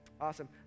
Awesome